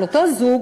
של אותו זוג,